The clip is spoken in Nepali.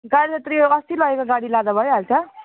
गाडी त्यो अस्ति लगेको गाडी लाँदा भइहाल्छ